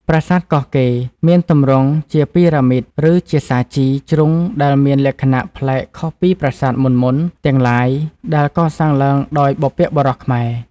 ប្រាសាទកោះកេរមានទម្រង់ជាពីរ៉ាមីត ឬជាសាជី ជ្រុងដែលមានលក្ខណៈប្លែកខុសពីប្រាសាទមុនៗ ទាំងឡាយដែលកសាងឡើងដោយ បុព្វបុរសខ្មែរ ។